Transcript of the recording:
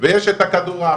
ויש את הכדורעף.